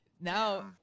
Now